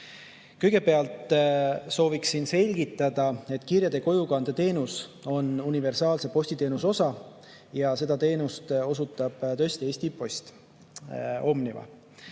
Kõigepealt sooviksin selgitada, et kirjade kojukande teenus on universaalse postiteenuse osa ja seda teenust osutab Eesti Post, Omniva.